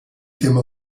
tema